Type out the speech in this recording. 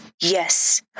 Yes